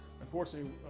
Unfortunately